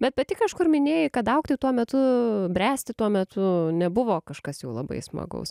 bet pati kažkur minėjai kad augti tuo metu bręsti tuo metu nebuvo kažkas jau labai smagaus